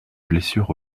blessure